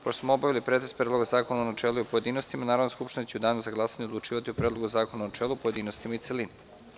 Pošto smo obavili pretres Predloga zakona u načelu i u pojedinostima, Narodna skupština će u danu za glasanje odlučivati o Predlogu zakona u načelu, pojedinostima i u celini.